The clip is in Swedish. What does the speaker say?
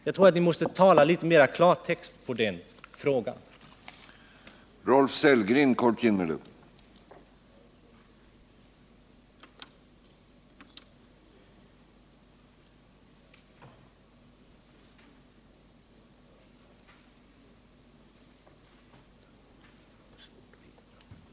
Jag tror att ni måste tala litet mera i klartext när det gäller den frågan.